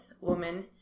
woman